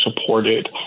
supported